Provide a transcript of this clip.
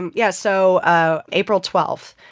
and yeah. so ah april twelve,